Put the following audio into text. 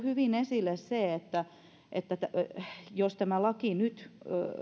hyvin esille se että että jos tämä laki nyt